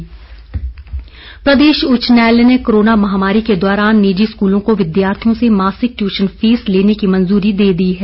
उच्च न्यायालय प्रदेश उच्च न्यायालय ने कोरोना महामारी के दौरान निजी स्कूलों को विद्यार्थियों से मासिक ट्यूशन फीस लेने की मंजूरी दे दी है